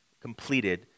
completed